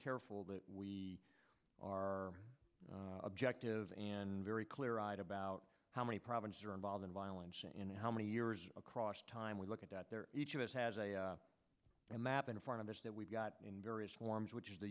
careful that we are objective and very clear eyed about how many provinces are involved in violence and how many years across time we look at that there each of us has a map in front of us that we've got in various forms which is the